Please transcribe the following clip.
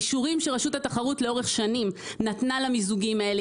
האישורים שרשות התחרות לאורך שנים נתנה למיזוגים האלה,